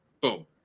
Boom